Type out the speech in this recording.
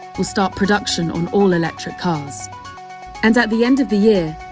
will start production on all-electrics cars and at the end of the year,